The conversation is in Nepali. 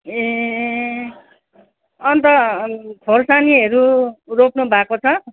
ए अन्त खोर्सानीहरू रोप्नु भएको छ